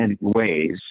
ways